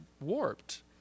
warped